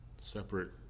separate